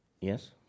Yes